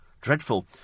Dreadful